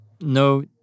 No